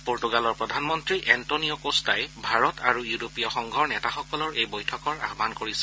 পৰ্টুগালৰ প্ৰধানমন্তী Antonio Costa Bharat আৰু ইউৰোপীয় সংঘৰ নেতাসকলৰ এই বৈঠকৰ আহান কৰিছে